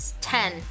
ten